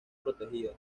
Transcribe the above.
protegidas